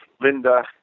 Linda